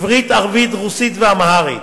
עברית, ערבית, רוסית ואמהרית,